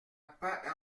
pas